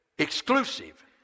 exclusive